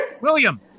William